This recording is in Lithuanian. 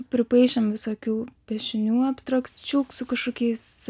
pripaišėm visokių piešinių abstrakčių su kažkokiais